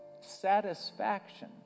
Satisfaction